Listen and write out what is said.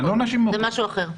זה משהו אחר.